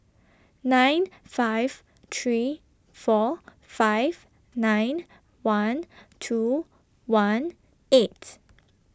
nine five three four five nine one two one eight